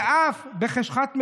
"ואף בחשכת מזוריה,